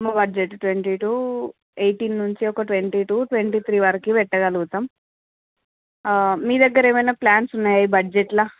మా budget twenty two eighteen నుంచి ఒక ట్వంటీ టూ ట్వంటీ త్రీ వరకు పెట్టగలుగుతాం మీ దగ్గర ఏమైనా ప్లాన్స్ ఉన్నాయా ఈ బడ్జెట్లో